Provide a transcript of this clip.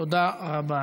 תודה רבה.